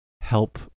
help